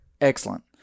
excellent